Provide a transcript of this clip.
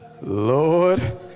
Lord